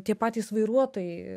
tie patys vairuotojai